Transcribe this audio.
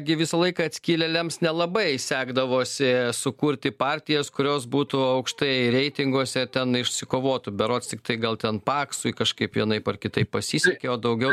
gi visą laiką atskilėliams nelabai sekdavosi sukurti partijas kurios būtų aukštai reitinguose ten išsikovotų berods tiktai gal ten paksui kažkaip vienaip ar kitaip pasisekė o daugiau